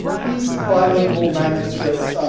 these bilingual manuscripts, um